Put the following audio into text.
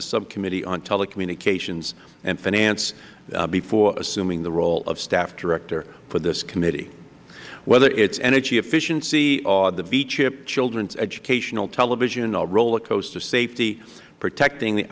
subcommittee on telecommunications and finance before assuming the role of staff director for this committee whether it is energy efficiency or the v chip children's educational television or rollercoaster safety protecting the